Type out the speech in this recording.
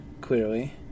clearly